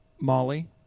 Molly